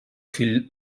fill